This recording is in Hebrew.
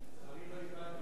לצערי, לא הבנת אותי.